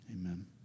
Amen